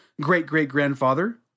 great-great-grandfather